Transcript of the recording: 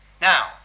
Now